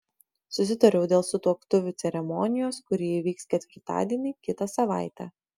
susitariau dėl sutuoktuvių ceremonijos kuri įvyks ketvirtadienį kitą savaitę